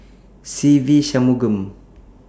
Se Ve Shanmugam